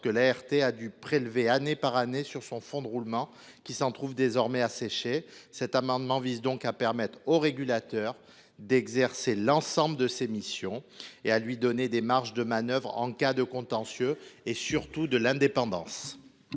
que l’ART a dû prélever année après année sur son fonds de roulement, qui se trouve de ce fait asséché. Cet amendement vise donc à permettre au régulateur d’exercer l’ensemble de ses missions et à lui donner des marges de manœuvre en cas de contentieux, et surtout, de l’indépendance.